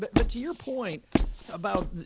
but, but to your point about,